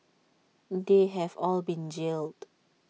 they have all been jailed